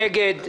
נגד,